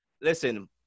Listen